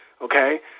Okay